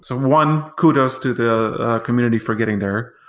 so one, kudos to the community for getting there.